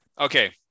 Okay